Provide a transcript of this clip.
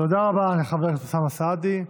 תודה רבה לחבר הכנסת אוסאמה סעדי.